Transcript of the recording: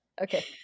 Okay